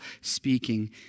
speaking